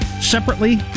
separately